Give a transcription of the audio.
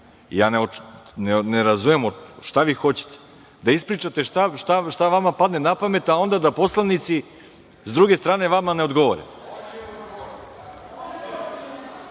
Ja ne razumem šta vi hoćete, da ispričate šta vama padne na pamet, a onda da poslanici sa druge strane vama ne odgovore? Da